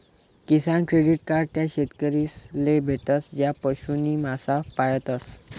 किसान credit card त्या शेतकरीस ले भेटस ज्या पशु नी मासा पायतस